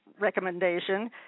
recommendation